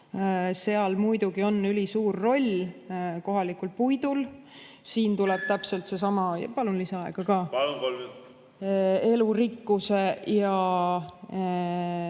Seal muidugi on ülisuur roll kohalikul puidul, siin tuleb täpselt seesama ...